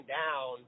down